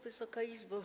Wysoka Izbo!